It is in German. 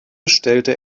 stellte